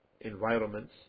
environments